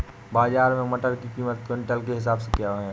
बाजार में मटर की कीमत क्विंटल के हिसाब से क्यो है?